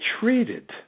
treated